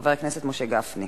חבר הכנסת משה גפני.